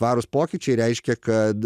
tvarūs pokyčiai reiškia kad